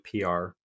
PR